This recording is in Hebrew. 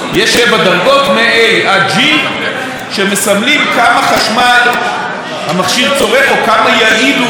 שמסמלות כמה חשמל המכשיר צורך או כמה יעיל הוא בצריכת החשמל.